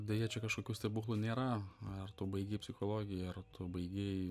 deja čia kažkokių stebuklų nėra ar tu baigei psichologiją ar tu baigei